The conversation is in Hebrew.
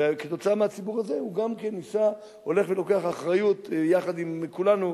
וכתוצאה הציבור הזה גם כן הולך ולוקח אחריות יחד עם כולנו,